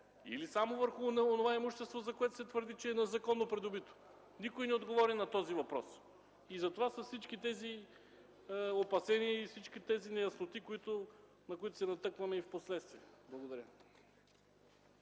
или само на онова имущество, за което се твърди, че е незаконно придобито? Никой не отговори на този въпрос. Затова са всички тези опасения и неясноти, на които се натъкваме и впоследствие. Благодаря.